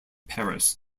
paris